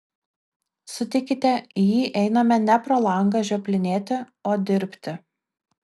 sutikite į jį einame ne pro langą žioplinėti o dirbti